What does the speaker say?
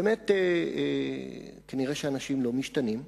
באמת, כנראה אנשים לא משתנים,